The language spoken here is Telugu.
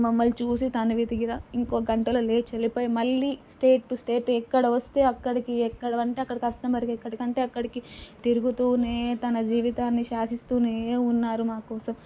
మమ్మల్ని చూసి తనివి తీర ఇంకో గంటలో లేచి వెళ్ళిపోయి మళ్ళీ స్టేట్ టూ స్టేట్ ఎక్కడ వస్తే అక్కడికి ఎక్కడ అంటే అక్కడికి కస్టమర్కి ఎక్కడి కంటే అక్కడికి తిరుగుతూనే తన జీవితాన్ని శాసిస్తూనే ఉన్నారు మా కోసం